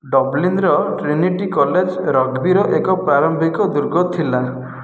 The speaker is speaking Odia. ଡବ୍ଲିନର ଟ୍ରିନିଟି କଲେଜ ରଗ୍ବିର ଏକ ପ୍ରାରମ୍ଭିକ ଦୁର୍ଗ ଥିଲା